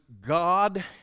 God